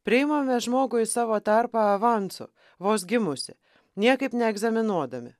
priimame žmogų į savo tarpą avansu vos gimusį niekaip neegzaminuodami